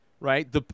right